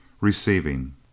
RECEIVING